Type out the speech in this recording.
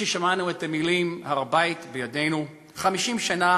לפני ששמענו את המילים "הר-הבית בידינו"; 50 שנה